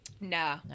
No